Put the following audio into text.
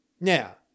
Now